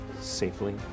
safely